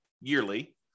yearly